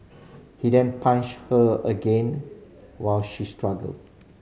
he then punched her again while she struggled